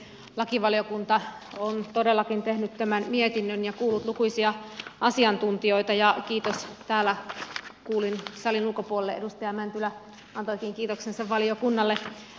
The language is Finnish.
lakivaliokunta on todellakin tehnyt tämän mietinnön ja kuullut lukuisia asiantuntijoita ja kuulin salin ulkopuolelle että täällä edustaja mäntylä antoikin kiitoksensa valiokunnalle